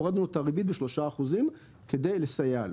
הורדנו לו את הריבית ב-3% כדי לסייע לו.